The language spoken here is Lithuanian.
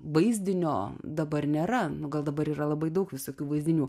vaizdinio dabar nėra nu gal dabar yra labai daug visokių vaizdinių